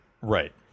right